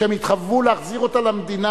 שהם התחייבו להחזיר אותם למדינה.